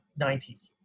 90s